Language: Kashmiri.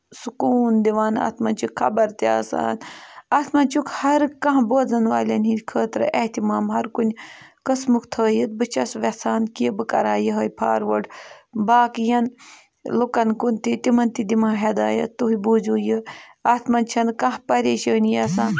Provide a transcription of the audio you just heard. سکوٗن دِوان اَتھ منٛز چھِ خبر تہِ آسان اَتھ منٛز چھُکھ ہر کانٛہہ بوزَن والٮ۪ن ہِنٛدۍ خٲطرٕ احتِمام ہَر کُنہِ قٕسمُک تھٲیِتھ بہٕ چھَس یَژھان کہِ بہٕ کَرہا یِہوٚے فاروٲڈ باقِیَن لُکَن کُن تہِ تِمَن تہِ دِمہٕ ہدایت تُہۍ بوٗزِو یہِ اَتھ منٛز چھَنہٕ کانٛہہ پریشٲنی آسان